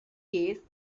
case